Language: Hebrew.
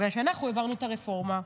בגלל שאנחנו העברנו את הרפורמה,